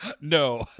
No